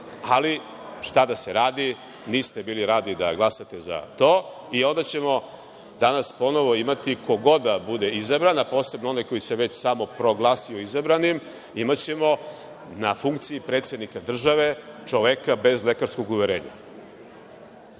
Ali, šta da se radi, niste bili radi da glasate za to i onda ćemo danas ponovo imati, ko god da bude izabran, a posebno onaj koji se već samoproglasio izabranim, imaćemo na funkciji predsednika države čoveka bez lekarskog uverenja.